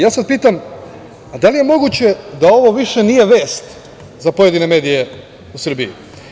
Ja sad pitam - da li je moguće da ovo više nije vest za pojedine medije u Srbiji?